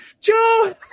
Joe